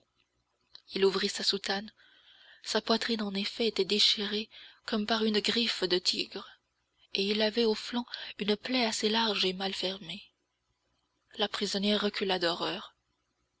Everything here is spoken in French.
il ouvrit sa soutane sa poitrine en effet était déchirée comme par une griffe de tigre et il avait au flanc une plaie allez large et mal fermée la prisonnière recula d'horreur